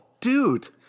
dude